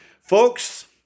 Folks